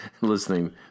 listening